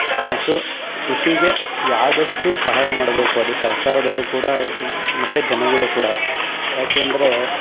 ಮತ್ತು ಕೃಷಿಗೆ ಆದಷ್ಟು ಸಹಾಯ ಮಾಡಬೇಕು ಅದು ಸರ್ಕಾರದವರು ಕೂಡ ಮತ್ತು ಜನಗಳು ಕೂಡ ಯಾಕೆ ಅಂದರೆ